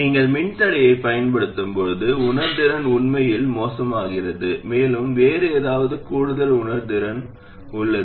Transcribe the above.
நீங்கள் மின்தடையத்தைப் பயன்படுத்தும் போது உணர்திறன் உண்மையில் மோசமாகிறது மேலும் வேறு ஏதாவது கூடுதல் உணர்திறன் உள்ளது